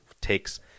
takes